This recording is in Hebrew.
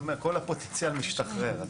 כל הפוטנציאל משתחרר.